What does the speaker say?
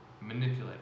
manipulated